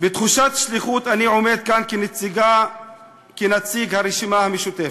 בתחושת שליחות אני עומד כאן כנציג הרשימה המשותפת,